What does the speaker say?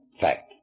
fact